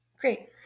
Great